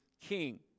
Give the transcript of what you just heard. King